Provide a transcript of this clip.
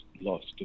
lost